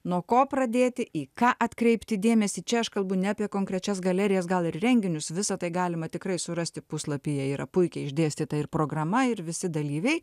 nuo ko pradėti į ką atkreipti dėmesį čia aš kalbu ne apie konkrečias galerijas gal ir renginius visa tai galima tikrai surasti puslapyje yra puikiai išdėstyta ir programa ir visi dalyviai